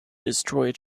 destroy